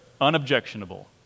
unobjectionable